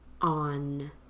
on